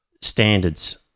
standards